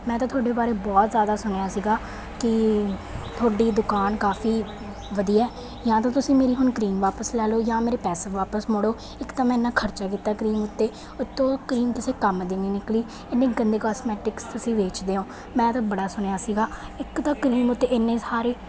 ਮੈਂ ਤਾਂ ਤੁਹਾਡੇ ਬਾਰੇ ਬਹੁਤ ਜਿਆਦਾ ਸੁਣਿਆ ਸੀ ਕੀ ਤੁਹਾਡੀ ਦੁਕਾਨ ਕਾਫੀ ਵਧੀਆ ਜਾਂ ਤਾਂ ਤੁਸੀਂ ਮੇਰੀ ਹੁਣ ਕਰੀਮ ਲੈ ਲਓ ਜਾਂ ਮੇਰੇ ਪੈਸੇ ਵਾਪਸ ਮੋੜੋ ਇੱਕ ਤਾਂ ਮੈਂ ਇਨਾ ਖਰਚਾ ਕੀਤਾ ਕਰੀਮ ਉੱਤੇ ਉੱਤੋਂ ਕਰੀਮ ਕਿਸੇ ਕੰਮ ਦੀ ਨੀ ਨਿਕਲੀ ਇੰਨੀ ਗੰਦੀ ਕੋਸਮੈਟਿਕਸ ਤੁਸੀਂ ਵੇਚਦੇ ਹੋ ਮੈਂ ਤਾਂ ਬੜਾ ਸੁਣਿਆ ਸੀਗਾ ਇੱਕ ਤਾਂ ਕਰੀਮ ਉੱਤੇ ਇੰਨੇ ਸਾਰੇ